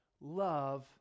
love